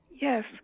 Yes